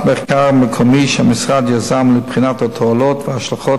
ואף מחקר מקומי שהמשרד יזם לבחינת התועלות וההשלכות